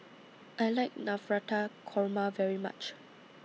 I like Navratan Korma very much